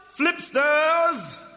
flipsters